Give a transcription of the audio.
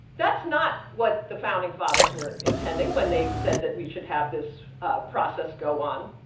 that's not what the founding fathers were intending when they said that we should have this process go on.